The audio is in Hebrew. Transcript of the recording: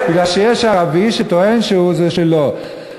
מכיוון שיש ערבי שטוען שזה שלו.